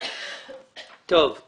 הערות לשם החוק.